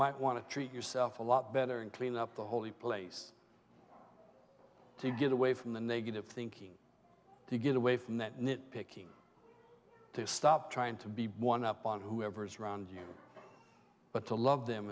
might want to treat yourself a lot better and clean up the holy place to get away from the negative thinking to get away from that nit picking to stop trying to be one up on whoever's around you but to love them